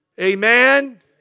Amen